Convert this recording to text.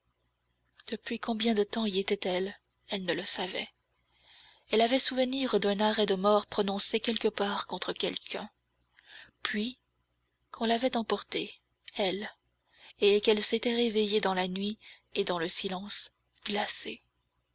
depuis combien de temps y était-elle elle ne le savait elle avait souvenir d'un arrêt de mort prononcé quelque part contre quelqu'un puis qu'on l'avait emportée elle et qu'elle s'était réveillée dans la nuit et dans le silence glacée